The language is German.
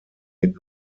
mit